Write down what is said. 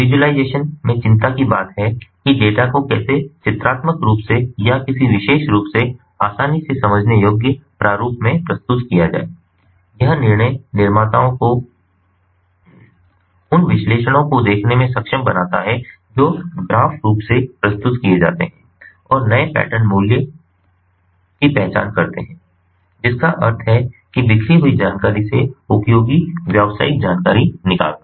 visualisation में चिंता की बात है कि डेटा को कैसे चित्रात्मक रूप से या किसी विशेष रूप से आसानी से समझने योग्य प्रारूप में प्रस्तुत किया जाए यह निर्णय निर्माताओं को उन विश्लेषणों को देखने में सक्षम बनाता है जो ग्राफ रूप से प्रस्तुत किए जाते हैं और नए पैटर्न मूल्य की पहचान करते हैं जिसका अर्थ है कि बिखरी हुए जानकारी से उपयोगी व्यावसायिक जानकारी निकालना